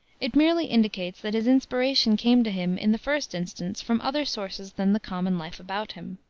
it merely indicates that his inspiration came to him in the first instance from other sources than the common life about him.